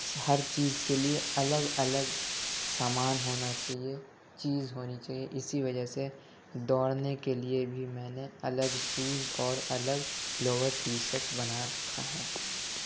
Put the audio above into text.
ہر چیز کے لیے الگ الگ سامان ہونا چہیے چیز ہونی چہیے اسی وجہ سے دوڑنے کے لیے بھی میں نے الگ سوز اور الگ لوور ٹی شرٹ بنا رکھا ہے